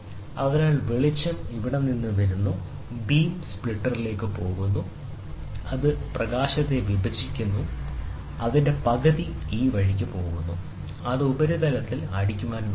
അതിനാൽ വെളിച്ചം ഇവിടെ നിന്ന് വരുന്നു ബീം സ്പ്ലിറ്ററിലേക്ക് പോകുന്നു അത് പ്രകാശത്തെ വിഭജിക്കുന്നു അതിന്റെ പകുതി ഈ വഴിക്ക് പോകുന്നു അത് ഉപരിതലത്തിൽ അടിക്കാൻ ശ്രമിക്കുന്നു